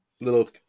little